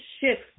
shift